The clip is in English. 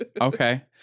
Okay